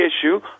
issue